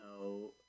No